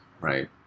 right